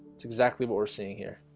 it's exactly what we're seeing here